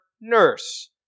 nurse